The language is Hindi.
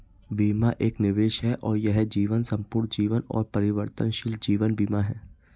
बीमा एक निवेश है और यह जीवन, संपूर्ण जीवन और परिवर्तनशील जीवन बीमा है